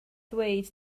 ddweud